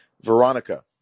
Veronica